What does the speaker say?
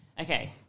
Okay